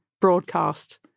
broadcast